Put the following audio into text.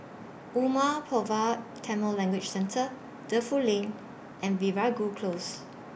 Umar Pulavar Tamil Language Centre Defu Lane and Veeragoo Close